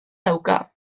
dauka